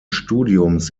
studiums